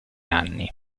anni